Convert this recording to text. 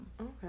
Okay